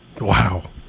Wow